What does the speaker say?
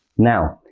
now,